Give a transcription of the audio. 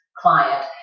client